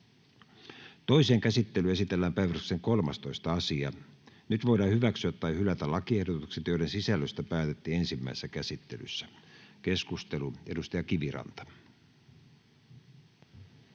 Toiseen käsittelyyn esitellään päiväjärjestyksen 13. asia. Nyt voidaan hyväksyä tai hylätä lakiehdotukset, joiden sisällöstä päätettiin ensimmäisessä käsittelyssä. — Keskustelu, edustaja Kiviranta.